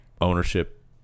ownership